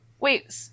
Wait